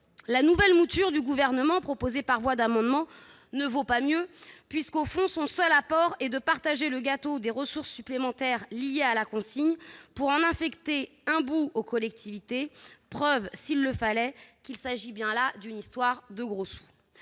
La nouvelle mouture du Gouvernement proposée par voie d'amendement ne vaut pas mieux puisqu'au fond son seul apport est de partager le gâteau des ressources supplémentaires liées à la consigne pour en affecter un bout aux collectivités, preuve, s'il le fallait, qu'il s'agit bien là d'une histoire de gros sous.